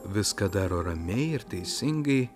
viską daro ramiai ir teisingai